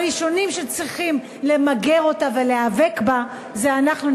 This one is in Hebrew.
הראשונים שצריכים למגר אותה ולהיאבק בה זה אנחנו,